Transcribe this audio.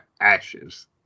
ashes